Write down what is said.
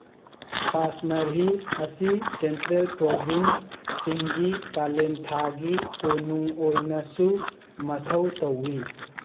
ꯄꯥꯁꯃꯥꯔꯍꯤ ꯑꯁꯤ ꯁꯦꯟꯇ꯭ꯔꯦꯜ ꯄ꯭ꯔꯣꯚꯤꯟꯁꯁꯤꯡꯒꯤ ꯀꯥꯂꯦꯟ ꯊꯥꯒꯤ ꯀꯣꯅꯨꯡ ꯑꯣꯏꯅꯁꯨ ꯃꯊꯧ ꯇꯧꯏ